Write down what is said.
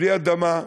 בלי אדמה,